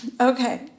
Okay